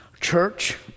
church